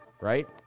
right